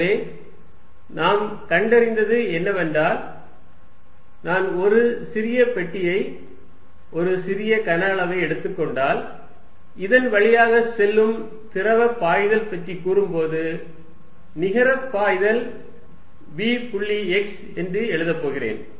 எனவே நாம் கண்டறிந்தது என்னவென்றால் நான் ஒரு சிறிய பெட்டியை ஒரு சிறிய கன அளவை எடுத்துக் கொண்டால் இதன் வழியாக செல்லும் திரவ பாய்தல் பற்றி கூறும்போது நிகர பாய்தல் v புள்ளி x என்று எழுதப்போகிறேன்